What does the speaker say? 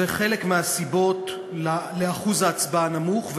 היא אחת הסיבות לאחוז הצבעה נמוך,